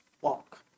walk